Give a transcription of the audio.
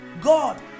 God